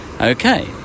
Okay